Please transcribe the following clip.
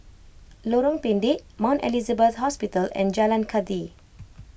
Lorong Pendek Mount Elizabeth Hospital and Jalan Kathi